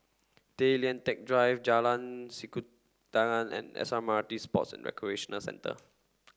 Tay Lian Teck Drive Jalan Sikudangan and S M R T Sports and Recreational Centre